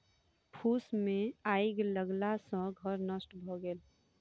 फूस मे आइग लगला सॅ घर नष्ट भ गेल